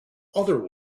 other